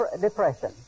depression